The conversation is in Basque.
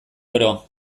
oro